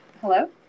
Hello